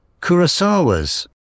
Kurosawa's